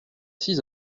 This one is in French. six